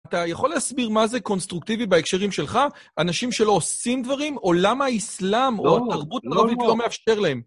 אתה יכול להסביר מה זה קונסטרוקטיבי בהקשרים שלך? אנשים שלא עושים דברים? או למה האסלאם או תרבות לובית לא מאפשר להם?